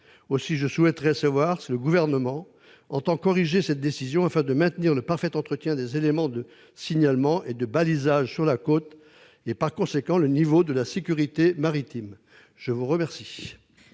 zones. Je souhaite donc savoir si le Gouvernement entend corriger cette décision, afin de maintenir le parfait entretien des éléments de signalement et de balisage sur la côte et, par conséquent, le niveau de sécurité maritime. La parole